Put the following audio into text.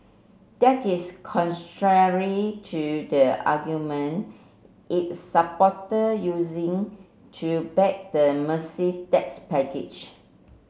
that is contrary to the argument its supporter using to back the massive tax package